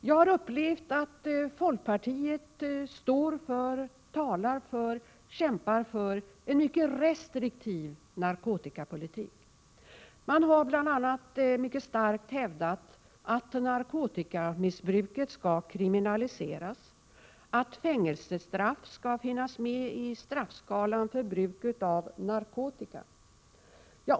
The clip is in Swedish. Jag har upplevt att folkpartiet står för, talar för och kämpar för en mycket restriktiv narkotikapolitik. Man har bl.a. mycket starkt hävdat att narkotikamissbruket skall kriminaliseras och att fängelsestraff skall finnas med i straffskalan för bruk av narkotika.